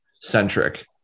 centric